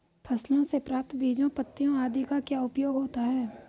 फसलों से प्राप्त बीजों पत्तियों आदि का क्या उपयोग होता है?